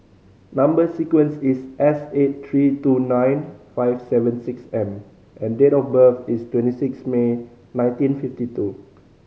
number sequence is S eight three two nine five seven six M and date of birth is twenty six May nineteen fifty two